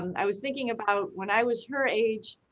um i was thinking about when i was her age,